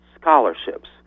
scholarships